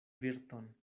virton